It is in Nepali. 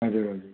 हजुर हजुर